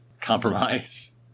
compromise